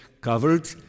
covered